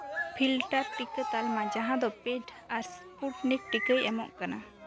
filter ᱴᱤᱠᱟᱹ ᱛᱟᱞᱢᱟ ᱡᱟᱦᱟᱸ ᱫᱚ ᱯᱮᱰ ᱟᱨ ᱥᱯᱩᱴᱤᱱᱤᱠ ᱴᱤᱠᱟᱹᱭ ᱮᱢᱚᱜ ᱠᱟᱱᱟ